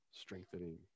strengthening